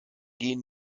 gehen